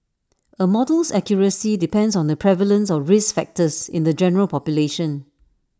A model's accuracy depends on the prevalence of risk factors in the general population